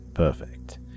perfect